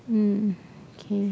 um okay